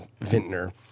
vintner